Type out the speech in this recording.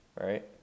right